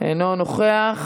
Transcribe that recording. אינו נוכח.